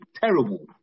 Terrible